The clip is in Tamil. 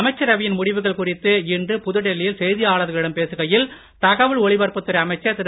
அமைச்சரவையின் முடிவுகள் குறித்து இன்று புதுடில்லி யில் செய்தியாளர்களிடம் பேசுகையில் தகவல் ஒலிபரப்புத் துறை அமைச்சர் திரு